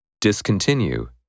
Discontinue